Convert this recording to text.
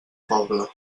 poble